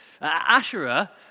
Asherah